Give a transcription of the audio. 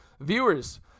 viewers